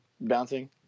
bouncing